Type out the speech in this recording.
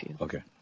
okay